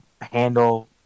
handle